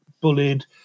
bullied